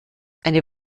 eine